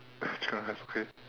chicken rice okay